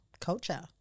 culture